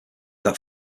that